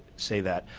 say that.